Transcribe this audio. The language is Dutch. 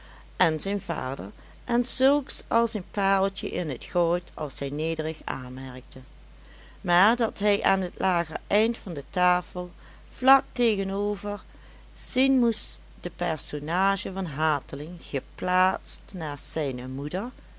en zijn vader en zulks als een pareltje in t goud als zij nederig aanmerkte maar dat hij aan t lager eind van de tafel vlak tegen hem over zien moest de personage van hateling geplaatst naast zijne moeder